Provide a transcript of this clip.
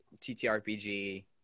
TTRPG